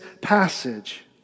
passage